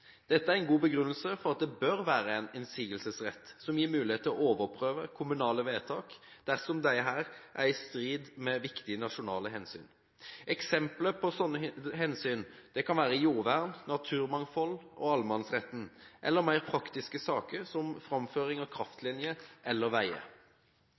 Dette er en god begrunnelse for at det bør være en innsigelsesrett som gir mulighet til å overprøve kommunale vedtak dersom disse strider mot viktige nasjonale hensyn. Eksempler på slike hensyn kan være jordvern, naturmangfold og allemannsretten – eller mer praktiske saker som framføring av